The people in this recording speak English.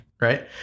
right